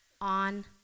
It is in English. on